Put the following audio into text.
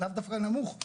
לאו דווקא נמוך,